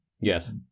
Yes